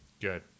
Good